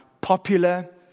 popular